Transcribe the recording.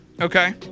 Okay